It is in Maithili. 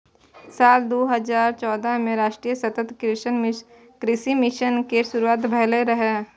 साल दू हजार चौदह मे राष्ट्रीय सतत कृषि मिशन केर शुरुआत भेल रहै